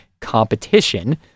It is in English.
competition